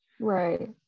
right